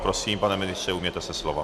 Prosím, pane ministře, ujměte se slova.